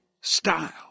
style